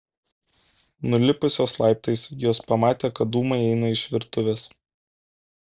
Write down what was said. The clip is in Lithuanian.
nulipusios laiptais jos pamatė kad dūmai eina iš virtuvės